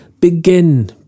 begin